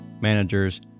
managers